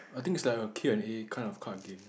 I think it's like a Q and A kind of card game